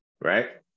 Right